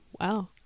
Wow